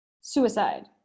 suicide